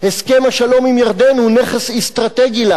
הסכם השלום עם ירדן הוא נכס אסטרטגי לנו.